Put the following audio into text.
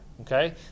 Okay